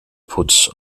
putz